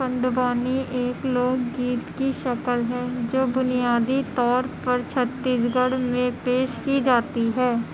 پنڈوانی ایک لوک گیت کی شکل ہے جو بنیادی طور پر چھتیس گڑھ میں پیش کی جاتی ہے